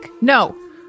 No